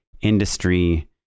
industry